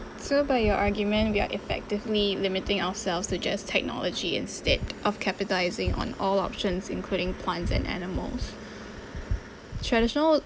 so by your argument we are effectively limiting ourselves to just technology instead of capitalising on all options including plants and animals traditional